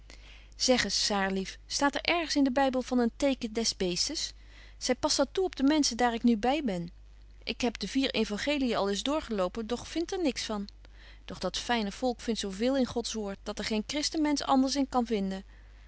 eens saar lief staat er ergens in den bybel van een teken des beestes zy past dat toe op de menschen daar ik nu by ben ik heb de vier euangelien al eens doorgelopen doch vind er niks van doch dat fyne volk vindt zo veel in gods woord dat er geen christen mensch anders in kan vinden